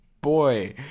boy